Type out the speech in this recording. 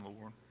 lord